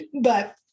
but-